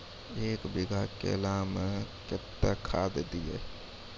एक बीघा केला मैं कत्तेक खाद दिये?